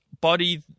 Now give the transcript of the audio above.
body